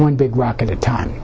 one big rock at a time